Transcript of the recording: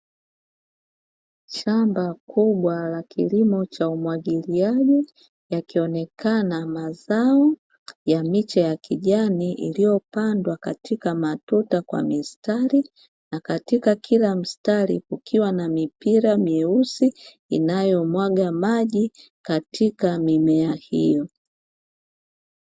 shamba kubwa la kilimo cha umwagiliaji yakionekana mazao ya miche ya kijani iliyopandwa katika matuta kwa mistari na katika kila mstari kukiwa na mipira myeusi inayomwaga maji katika mimea hiyo.